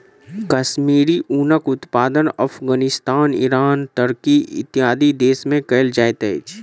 कश्मीरी ऊनक उत्पादन Afghanistan, Iran, Turkey, इत्यादि देश में कयल जाइत अछि